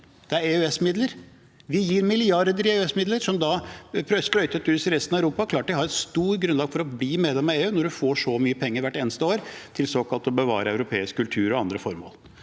Det er EØS-midler. Vi gir milliarder i EØS-midler, som da sprøytes ut i resten av Europa. Det er klart de har stor grunn for å bli medlem av EU når de får så mye penger hvert eneste år for såkalt å bevare europeisk kultur og andre formål,